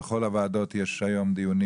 ובכל הוועדות היום מתקיימים דיונים